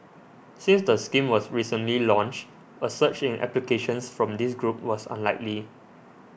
since the scheme was recently launched a surge in applications from this group was unlikely